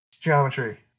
geometry